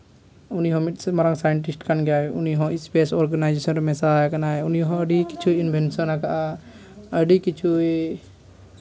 ᱩᱱᱤ ᱦᱚᱸ ᱢᱤᱫ ᱢᱟᱨᱟᱝ ᱥᱟᱭᱮᱱᱴᱤᱥᱴ ᱠᱟᱱ ᱜᱮᱭᱟᱭ ᱩᱱᱤ ᱦᱚᱸ ᱥᱯᱮᱹᱥ ᱚᱨᱜᱟᱱᱟᱭᱡᱮᱥᱮᱱ ᱨᱮ ᱢᱮᱥᱟᱣᱟᱠᱟᱱᱟᱭ ᱩᱱᱤᱦᱚᱸ ᱟᱹᱰᱤ ᱠᱤᱪᱷᱩᱭ ᱢᱮᱱᱥᱮᱱ ᱠᱟᱜᱼᱟ ᱟᱹᱰᱤ ᱠᱤᱪᱷᱩᱭ